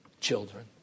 children